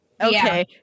Okay